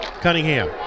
Cunningham